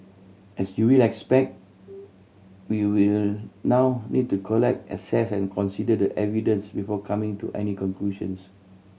as you will expect we will now need to collect assess and consider the evidence before coming to any conclusions